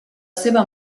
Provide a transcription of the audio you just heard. seva